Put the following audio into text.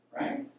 Right